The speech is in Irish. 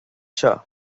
seo